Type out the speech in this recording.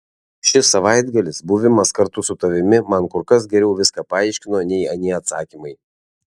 šis savaitgalis buvimas kartu su tavimi man kur kas geriau viską paaiškino nei anie atsakymai